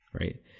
right